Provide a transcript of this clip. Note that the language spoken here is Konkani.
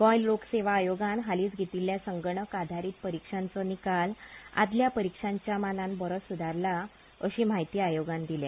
गोंय लोकसेवा आयोगान हालींच घेतिल्ल्या संगणक आदारीत परिक्षांचो निकाल आदल्या परिक्षांच्या मानान बरोच सुदारलाअशें म्हायती आयोगान दिल्या